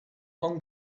hong